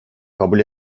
kabul